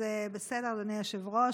אדוני היושב-ראש,